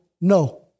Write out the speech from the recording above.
no